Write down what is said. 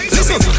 Listen